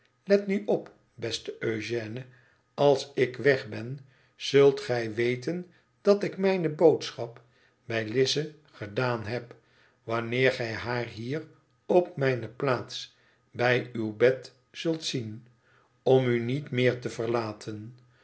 let nu op beste eugène als ik weg ben zult gij weten dat ik mijne boodschap bij lize gedaan heb wanneer gij haar hier op mijne plaats bij uw bed zult zien om u niet meer te verlaten